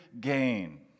gain